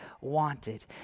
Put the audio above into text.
wanted